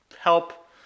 help